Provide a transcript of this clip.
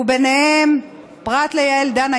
ובהם בפרט ליעל דן,